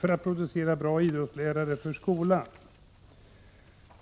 för att producera bra idrottslärare för skolan.